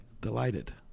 delighted